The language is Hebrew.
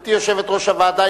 גברתי יושבת-ראש הוועדה,